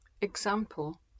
Example